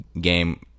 game